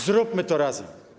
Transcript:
Zróbmy to razem.